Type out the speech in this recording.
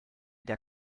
der